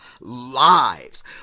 lives